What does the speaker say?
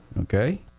Okay